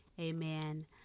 Amen